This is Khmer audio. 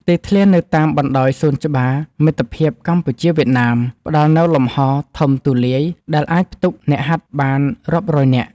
ទីធ្លានៅតាមបណ្ដោយសួនច្បារមិត្តភាពកម្ពុជា-វៀតណាម ផ្ដល់នូវលំហរធំទូលាយដែលអាចផ្ទុកអ្នកហាត់បានរាប់រយនាក់។